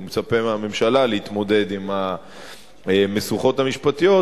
הוא מצפה מהממשלה להתמודד עם המשוכות המשפטיות,